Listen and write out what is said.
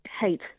hate